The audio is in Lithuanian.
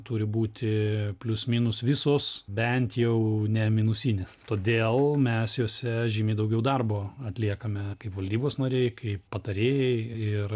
turi būti plius minus visos bent jau ne minusinės todėl mes jose žymiai daugiau darbo atliekame kaip valdybos nariai kaip patarėjai ir